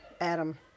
Adam